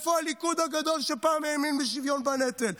איפה הליכוד הגדול, שפעם האמין בשוויון בנטל?